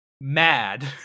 mad